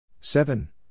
Seven